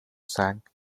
sang